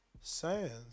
Sands